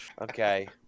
Okay